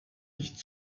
nicht